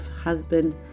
husband